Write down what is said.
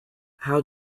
how